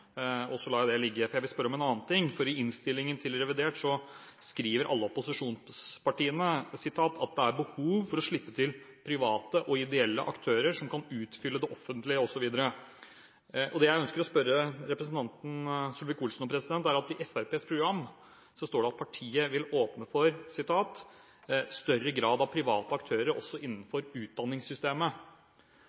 og så lar jeg det ligge. Jeg vil spørre om en annen ting. I innstillingen til revidert skriver alle opposisjonspartiene «at det er behov for å slippe til private og ideelle aktører som kan utfylle de offentlige» osv. Det jeg ønsker å spørre representanten Solvik-Olsen om, er knyttet til at det i Fremskrittspartiets program står at partiet «vil åpne for større grad av private aktører innen utdanningssystemet.»